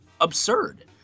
absurd